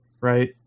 right